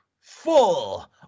full